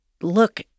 look